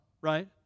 right